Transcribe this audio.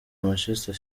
manchester